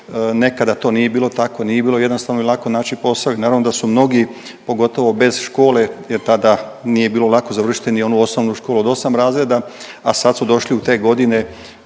nekada to nije bilo tako, nije bilo jednostavno i lako naći posao i naravno da su mnogi, pogotovo bez škole jer tada nije bilo lako završiti ni onu osnovnu školu od 8 razreda, a sad su došli u te godine